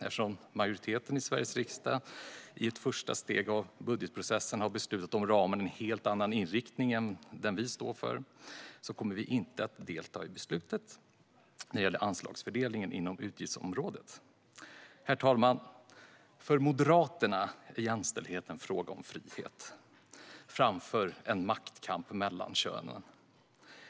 Eftersom majoriteten i Sveriges riksdag i ett första steg av budgetprocessen har beslutat om ramarna i en helt annan inriktning än den som vi står för kommer vi inte att delta i beslutet när det gäller anslagsfördelningen inom utgiftsområdet. Herr talman! För Moderaterna är jämställdhet en fråga om frihet framför en maktkamp mellan könen.